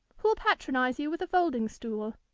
who'll patronise you with a folding-stool.